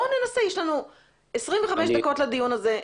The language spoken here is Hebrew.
יש לנו 25 דקות לדיון הזה,